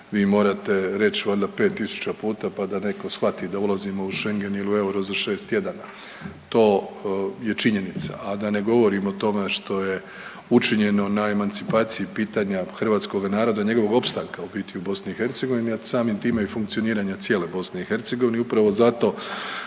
Vi morate reći valjda 5 tisuća puta pa da netko shvati da ulazimo u schengen ili euro za 6 tjedana to je činjenica. A da ne govorim o tome što je učinjeno na emancipaciji pitanja hrvatskoga naroda i njegovog opstanka u biti u Bosni i Hercegovini, a samim time i funkcioniranja cijele Bosne